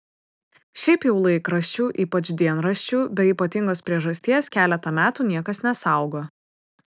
šiaip jau laikraščių ypač dienraščių be ypatingos priežasties keletą metų niekas nesaugo